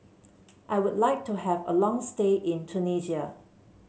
I would like to have a long stay in Tunisia